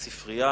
בספרייה,